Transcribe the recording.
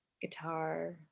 guitar